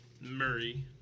Murray